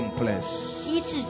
place